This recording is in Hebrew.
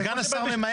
סגן השר ממהר,